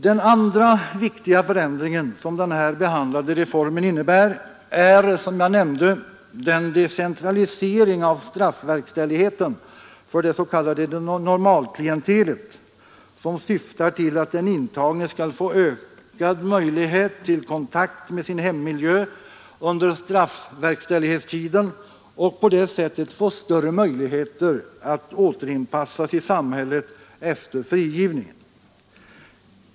Den andra viktiga förändring som den här behandlade reformen innebär är som nämnt den decentralisering av straffverkställigheten för det s.k. normalklientelet, som syftar till att den intagne skall få bättre kontakt med sin hemmiljö under straffverkställighetstiden och på det sättet ha större möjligheter att återinpassas i samhället efter frigivningen.